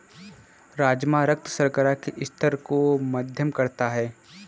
राजमा रक्त शर्करा के स्तर को मध्यम करता है